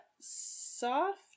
soft